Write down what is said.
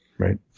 right